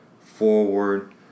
forward